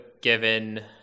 given